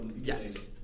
Yes